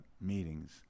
meetings